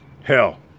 Hell